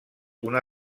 una